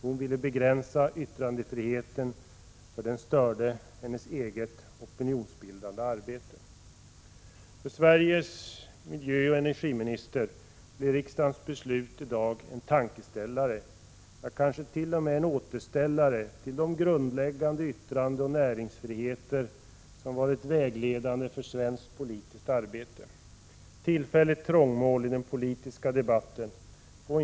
Hon ville begränsa yttrandefriheten, för den störde hennes eget opinionsbildande arbete. För Sveriges miljöoch energiminister blir riksdagens beslut i dag en tankeställare — ja, kanske till och med en återställare — till de grundläggande yttrandeoch näringsfriheter som varit vägledande för svenskt politiskt arbete. Tillfälligt trångmål i den politiska debatten får inte förleda oss att Prot.